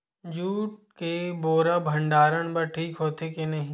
Jute के बोरा भंडारण बर ठीक होथे के नहीं?